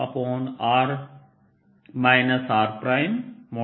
r r